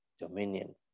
dominion